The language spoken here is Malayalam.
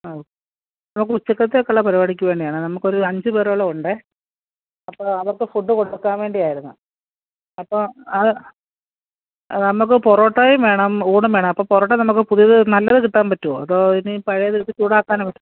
ആ നമുക്ക് ഉച്ചയ്ക്കത്തേക്കുള്ള പരിപാടിക്ക് വേണ്ടിയാണേ നമുക്കൊരു അഞ്ച് പേരോളം ഉണ്ടേ അപ്പോൾ അവർക്ക് ഫുഡ് കൊടുക്കാൻ വേണ്ടിയായിരുന്നു അപ്പോൾ നമുക്ക് പൊറോട്ടയും വേണം ഊണും വേണം അപ്പോൾ പൊറോട്ട നമുക്ക് പുതിയത് നല്ലത് കിട്ടാൻ പറ്റുമോ അതോ ഇനി പഴയത് എടുത്ത് ചൂടാക്കാനോ